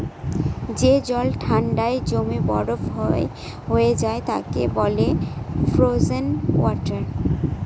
যে জল ঠান্ডায় জমে বরফ হয়ে যায় তাকে বলে ফ্রোজেন ওয়াটার